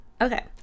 Okay